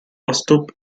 postup